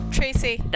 Tracy